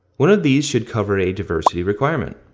one of these should cover a diversity requirement.